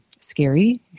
scary